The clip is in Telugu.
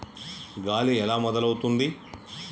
గాలి ఎలా మొదలవుతుంది?